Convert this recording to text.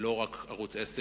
לא רק ערוץ-10,